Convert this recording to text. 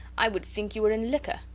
i would think you were in liquor.